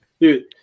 Dude